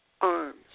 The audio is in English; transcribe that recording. arms